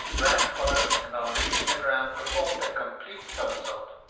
bran followed, and, on reaching the ground, performed a complete somerset.